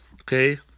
Okay